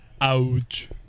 Ouch